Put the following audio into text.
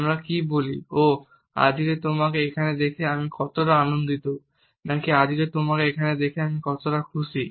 আমরা কি বলি ওহ আজকে তোমাকে এখানে দেখে আমি কতটা আনন্দিত নাকি আজকে তোমাকে এখানে দেখে আমি কত খুশি